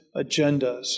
agendas